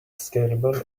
scalable